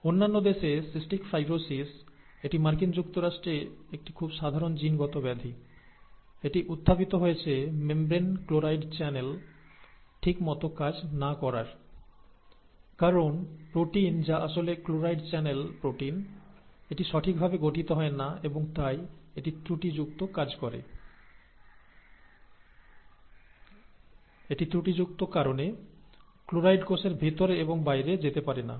অন্যান্য দেশে cystic fibrosis এটি মার্কিন যুক্তরাষ্ট্রে একটি খুব সাধারণ জিনগত ব্যাধি এটি উত্থাপিত হয়েছে মেমব্রেন ক্লোরাইড চ্যানেল ঠিক মত কাজ না করার কারণ প্রোটিন যা আসলে ক্লোরাইড চ্যানেল প্রোটিন এটি সঠিকভাবে গঠিত হয় না এবং তাই এই ত্রুটিযুক্ত কারণে ক্লোরাইড কোষের ভিতরে এবং বাইরে যেতে পারে না